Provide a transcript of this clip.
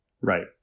right